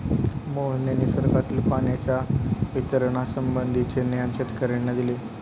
मोहनने निसर्गातील पाण्याच्या वितरणासंबंधीचे ज्ञान शेतकर्यांना दिले